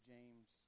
James